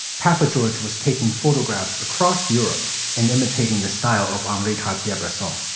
papageorge was taking photographs across europe and imitating the style of andre totti opera song.